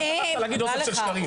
זה לא מכבד.